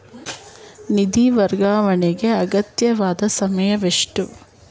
ನಿಧಿ ವರ್ಗಾವಣೆಗೆ ಅಗತ್ಯವಾದ ಸಮಯವೆಷ್ಟು?